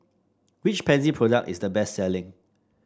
which Pansy product is the best selling